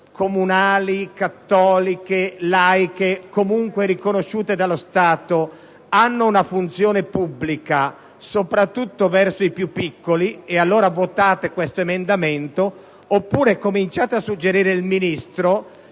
comunali, cattoliche, laiche, comunque riconosciute dallo Stato abbiano una funzione pubblica, soprattutto verso i più piccoli, e allora votate questo emendamento; oppure cominciate a suggerire al Ministro